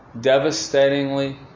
devastatingly